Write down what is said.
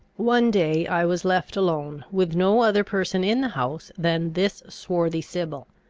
one day i was left alone, with no other person in the house than this swarthy sybil.